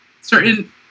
certain